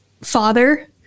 father